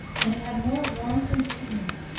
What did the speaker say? and it had more warmth and sweetness,